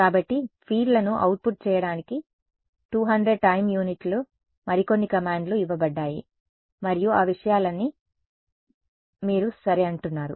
కాబట్టి ఫీల్డ్లను అవుట్పుట్ చేయడానికి 200 టైమ్ యూనిట్లు మరికొన్ని కమాండ్లు ఇవ్వబడ్డాయి మరియు ఆ విషయాలన్నీ అని మీరు సరే అంటున్నారు